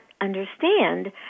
understand